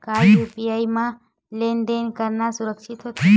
का यू.पी.आई म लेन देन करना सुरक्षित होथे?